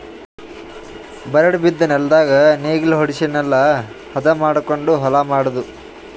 ಬರಡ್ ಬಿದ್ದ ನೆಲ್ದಾಗ ನೇಗಿಲ ಹೊಡ್ಸಿ ನೆಲಾ ಹದ ಮಾಡಕೊಂಡು ಹೊಲಾ ಮಾಡದು